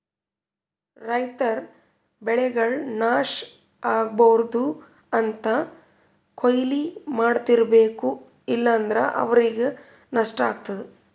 ರೈತರ್ ಬೆಳೆಗಳ್ ನಾಶ್ ಆಗ್ಬಾರ್ದು ಅಂದ್ರ ಕೊಯ್ಲಿ ಮಾಡ್ತಿರ್ಬೇಕು ಇಲ್ಲಂದ್ರ ಅವ್ರಿಗ್ ನಷ್ಟ ಆಗ್ತದಾ